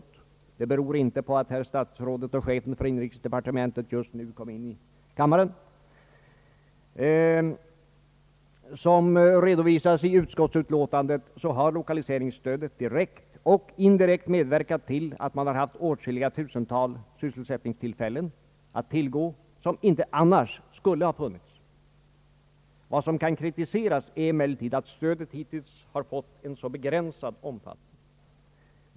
Att jag säger detta beror inte på att herr statsrådet och chefen för inrikesdepartementet just nu kom in i kammaren. Som redovisas i utskottsutlåtandet har lokaliseringsstödet direkt och indirekt medverkat till att man har haft åtskilliga tusental sysselsättningstillfällen att tillgå som inte annars skulle ha funnits. Vad som kan kritiseras är emellertid att stödet hittills har fått en så begränsad omfattning.